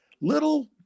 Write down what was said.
little